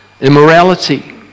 immorality